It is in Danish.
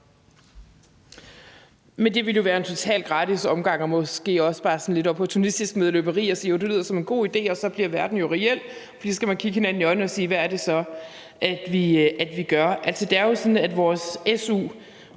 Det ville jo være en totalt gratis omgang og måske også bare sådan lidt opportunistisk medløberi at sige, at jo, det lyder da som en god idé. Så bliver verden jo reel, for så skal man kigge hinanden i øjnene og sige: Hvad er det så, vi gør? Det er jo sådan, at vores su